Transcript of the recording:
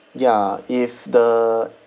ya if the